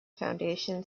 foundation